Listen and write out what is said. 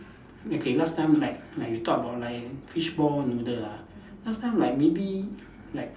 okay last time like like you talk about like fishball noodle ah last time like maybe like